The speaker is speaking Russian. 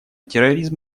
терроризм